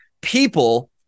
People